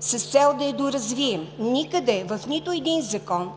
с цел да я доразвием. Никъде, в нито един закон,